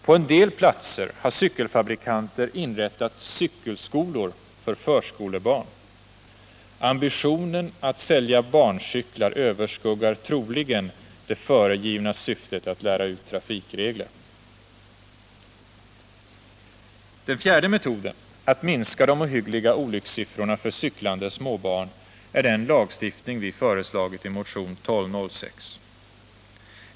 På en del platser har cykelfabrikanter inrättat cykelskolor för förskolebarn. Ambitionen att sälja barncyklar överskuggar troligen det föregivna syftet att lära ut trafikregler. Den fjärde metoden att minska de ohyggliga olyckssiffrorna för cyklande småbarn är den lagstiftning vi föreslagit i motionen 1206.